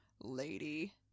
Lady